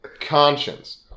conscience